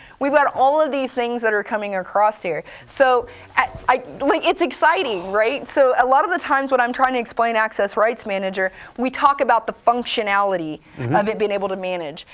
we've got all of these things that are coming across here. so i mean it's exciting, right? so a lot of the times when i'm trying to explain access rights manager, we talk about the functionality of it being able to manage.